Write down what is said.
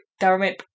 government